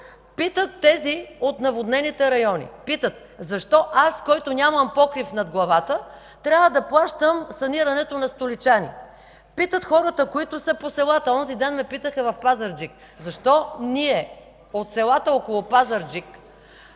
Питат тези от наводнените райони. Питат: „Защо аз, който нямам покрив над главата, трябва да плащам санирането на столичани?”. Питат хората, които са по селата. Онзи ден ме питаха в Пазарджик: „Защо ние от селата около Пазарджик,